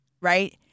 right